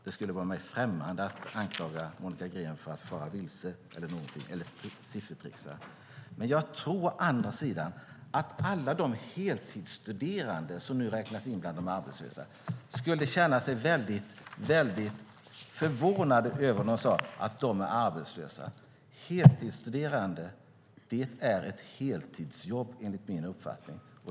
Det skulle vara mig främmande att anklaga Monica Green för att fara vilse eller siffertricksa, men jag tror å andra sidan att alla de heltidsstuderande som nu räknas in bland de arbetslösa skulle känna sig mycket förvånade om man sade att de är arbetslösa. Att vara heltidsstuderande är ett heltidsjobb, enligt min uppfattning.